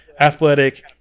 athletic